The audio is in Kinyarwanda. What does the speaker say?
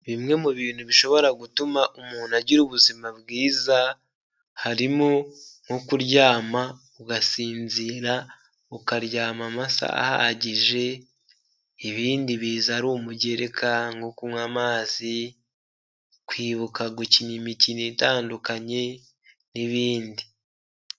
Bimwe mu bintu bishobora gutuma umuntu agira ubuzima bwiza, harimo nko kuryama ugasinzira, ukaryama amasaha ahagije, ibindi biza ari umugereka nko kunywa amazi, kwibuka gukina imikino itandukanye n'ibindi.